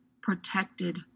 protected